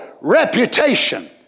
reputation